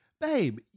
Babe